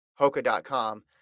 Hoka.com